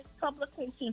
publication